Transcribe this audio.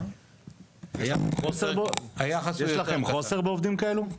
יש לכם חוסר בעובדים כאלו?